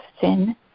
sin